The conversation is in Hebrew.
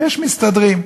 יש מסתדרים.